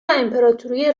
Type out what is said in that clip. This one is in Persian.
امپراتوری